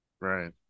right